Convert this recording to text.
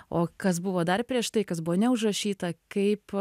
o kas buvo dar prieš tai kas buvo neužrašyta kaip